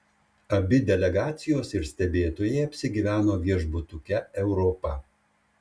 abi delegacijos ir stebėtojai apsigyveno viešbutuke europa